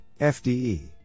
FDE